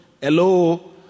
Hello